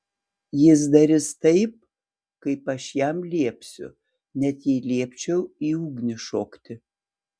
jis darys taip kaip aš jam liepsiu net jei liepčiau į ugnį šokti